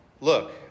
look